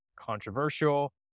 controversial